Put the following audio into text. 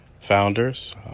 founders